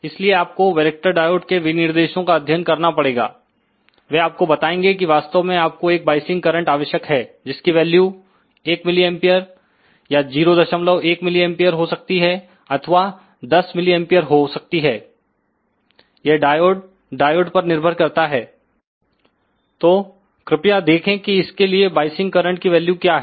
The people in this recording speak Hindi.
इसलिए आपको वैरेक्टर डायोड के विनिर्देशों का अध्ययन करना पड़ेगा वै आपको बताएंगे कि वास्तव में आपको एक बायसिंग करंट आवश्यक है जिसकी वैल्यू 1mA या 01mA हो सकती है अथवा 10 mAहो सकती है यह डायोड डायोड पर निर्भर करता है तो कृपयादेखें कि इसके लिए बायसिंग करंट की वैल्यू क्या है